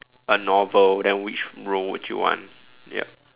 a novel then which role would you want ya